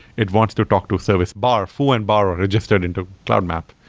it wants to talk to service bar. foo and bar are registered into cloud map.